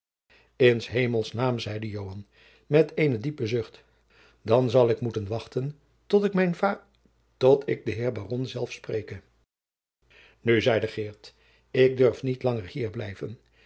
s hemels naam zeide joan met eene diepe zucht dan zal ik moeten wachten tot ik mijn vad tot ik den heer baron zelf spreke nu zeide geert ik durf niet langer hier blijven